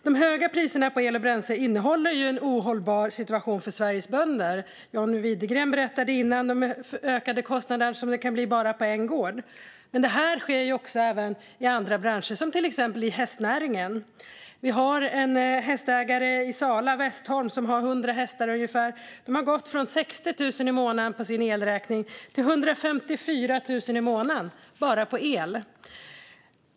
De höga priserna på el och bränsle innebär en ohållbar situation för Sveriges bönder. John Widegren berättade tidigare om de ökade kostnader det kan bli bara på en gård. Men detta sker även i andra branscher, till exempel i hästnäringen. Vi har en hästägare i Sala, Westholm, som har ungefär hundra hästar. Deras elräkning har gått från 60 000 i månaden till 154 000 i månaden - bara på el!